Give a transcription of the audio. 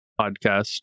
podcast